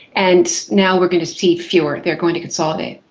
and now we're going to see fewer, they are going to consolidate.